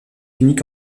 unique